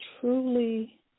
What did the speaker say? truly